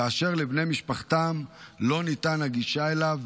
ולבני משפחתם לא ניתנת הגישה אליו,